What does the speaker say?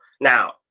Now